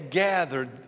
gathered